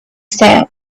sand